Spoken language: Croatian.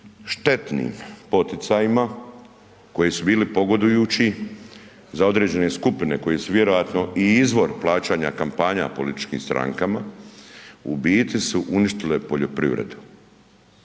štetnim poticajima koji su bili pogodujući za određene skupine koje su vjerojatno i izvor plaćanja kampanja političkim strankama u biti su uništile poljoprivredu.